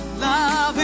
Love